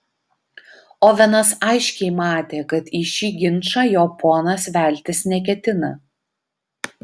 ovenas aiškiai matė kad į šį ginčą jo ponas veltis neketina